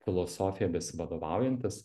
filosofija besivadovaujantis